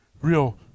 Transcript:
real